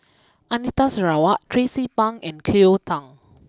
Anita Sarawak Tracie Pang and Cleo Thang